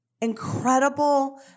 incredible